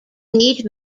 neat